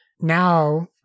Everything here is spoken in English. Now